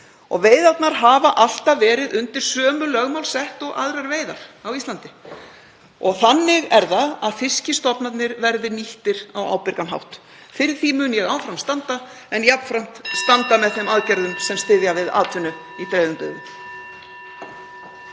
Veiðarnar hafa alltaf verið undir sömu lögmál sett og aðrar veiðar á Íslandi, og þannig er það, að fiskstofnarnir verði nýttir á ábyrgan hátt. Fyrir því mun ég áfram standa en jafnframt standa með þeim aðgerðum sem styðja við atvinnu í dreifðum